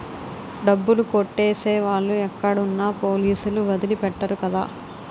డబ్బులు కొట్టేసే వాళ్ళు ఎక్కడున్నా పోలీసులు వదిలి పెట్టరు కదా